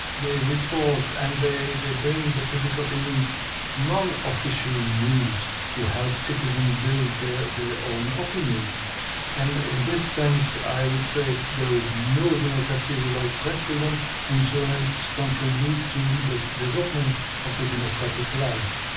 they report and they they bring the public opinion non-official news to help citizen build their own opinion and in this sense i would say there is no democracy without press freedom and journalists contribute to the development of the democratic life.